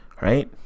right